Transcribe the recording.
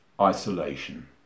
isolation